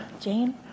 Jane